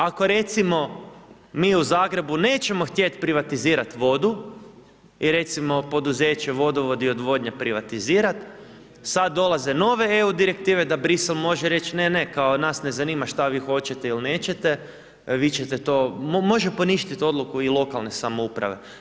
Ako, recimo, mi u Zagrebu nećemo htjeti privatizirati vodu i, recimo, poduzeće Vodovod i odvodnja privatizirati, sad dolaze nove EU direktive da Bruxelles može reći, ne, ne, kao nas ne zanima što vi hoćete ili nećete, vi ćete to, može poništiti odluku i lokalne samouprave.